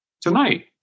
tonight